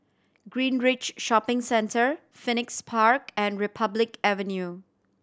Greenridge Shopping Centre Phoenix Park and Republic Avenue